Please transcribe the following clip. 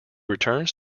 returns